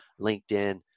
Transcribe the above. LinkedIn